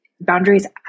Boundaries